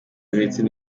uretse